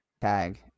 tag